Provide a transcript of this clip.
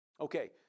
Okay